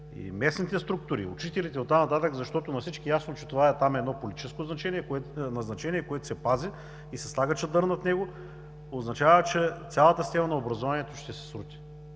и местните структури, учителите оттам нататък, защото на всички е ясно, че това там е политическо назначение, което се пази и се слага чадър над него, означава, че цялата система на образованието ще се срути.